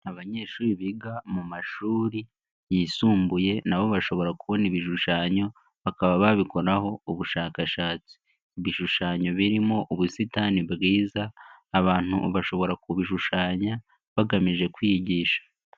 Abanyeshuri biga mu mashuri yisumbuye nabo bashobora kubona ibishushanyo bakaba babikoraho ubushakashatsi. Ibishushanyo birimo ubusitani bwiza abantu bashobora kubishushanya bagamije kwigisha.